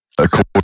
according